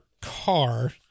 car